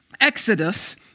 Exodus